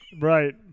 Right